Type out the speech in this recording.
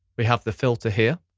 we have the filter here.